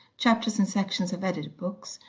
chapters and sections of edited books,